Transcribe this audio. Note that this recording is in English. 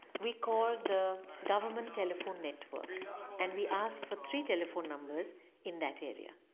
we call the government telephone network and we ask for three telephone numbers in that area.